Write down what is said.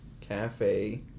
Cafe